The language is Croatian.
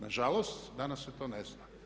Nažalost danas se to ne zna.